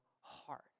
heart